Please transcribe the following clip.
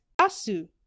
asu